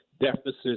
deficits